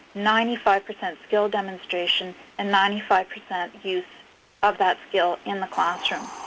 ninety five percent skill demonstration, and ninety five percent use of that skill in the classroom.